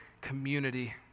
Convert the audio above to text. community